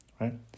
right